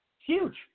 Huge